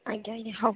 ଆଜ୍ଞା ଆଜ୍ଞା ହେଉ